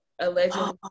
allegedly